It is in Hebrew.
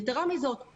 יתרה מזאת,